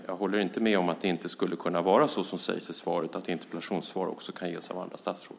Jag håller inte med om att det inte skulle kunna vara så som sägs i svaret: att interpellationssvar också kan ges av andra statsråd.